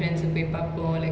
but um